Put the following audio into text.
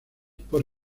por